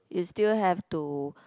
is still have to